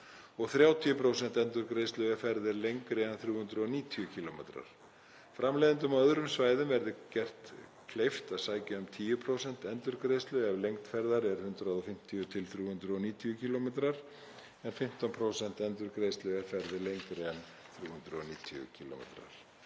og 30% endurgreiðslu ef ferð er lengri en 390 km. Framleiðendum á öðrum svæðum verði gert kleift að sækja um 10% endurgreiðslu ef lengd ferðar er 150–390 km en 15% endurgreiðslu ef ferð er lengri en 390 km.